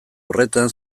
horretan